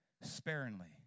sparingly